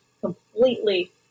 completely